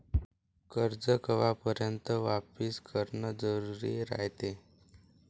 कर्ज कवापर्यंत वापिस करन जरुरी रायते?